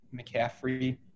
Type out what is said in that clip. McCaffrey